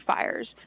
fires